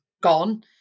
gone